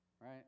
right